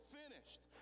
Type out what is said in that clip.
finished